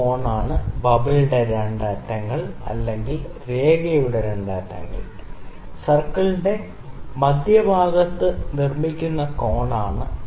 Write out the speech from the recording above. ഈ കോണാണ് ബബിളിന്റെ 2 അറ്റങ്ങൾ അല്ലെങ്കിൽ രേഖയുടെ 2 അറ്റങ്ങൾ സർക്കിളിന്റെ മധ്യഭാഗത്ത് നിർമ്മിക്കുന്ന കോണാണ്